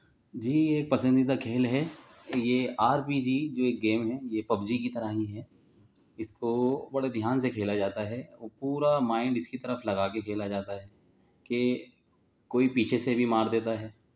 جی یہ پسندیدہ کھیل ہے یہ آر بی جی جو ایک گیم ہے یہ پب جی کی طرح ہی ہے اس کو بڑے دھیان سے کھیلا جاتا ہے پورا مائنڈ اس کی طرف لگا کے اس کی طرف کھیلا جاتا ہے کہ کوئی پیچھے سے بھی مار دیتا ہے